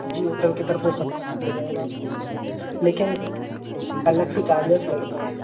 जी hotel की तरफ़ से सब कर दिया जाएगा आपको लेकिन अलग से चार्जेस लगेंगे